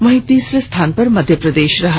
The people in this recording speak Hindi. वहीं तीसरे स्थान पर मध्य प्रदेश रहा